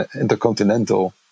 intercontinental